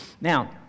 Now